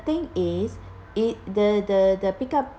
thing is it the the the pick up